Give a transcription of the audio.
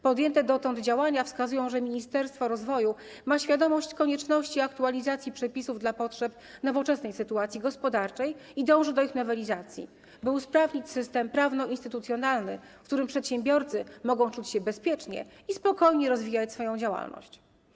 Podjęte dotąd działania wskazują, że Ministerstwo Rozwoju ma świadomość konieczności aktualizacji przepisów dla potrzeb nowoczesnej sytuacji gospodarczej i dąży do ich nowelizacji, by usprawnić system prawno-instytucjonalny, w którym przedsiębiorcy mogą czuć się bezpiecznie i spokojnie rozwijać swoją działalność.